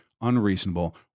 unreasonable